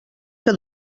que